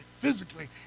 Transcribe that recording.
physically